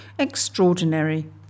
extraordinary